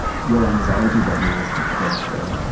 your anxiety about me is a burden to bear.